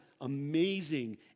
amazing